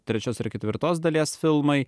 trečios ir ketvirtos dalies filmai